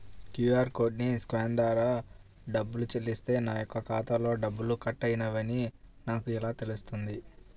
QR కోడ్ని scan ద్వారా డబ్బులు చెల్లిస్తే నా యొక్క ఖాతాలో డబ్బులు కట్ అయినవి అని నాకు ఎలా తెలుస్తుంది?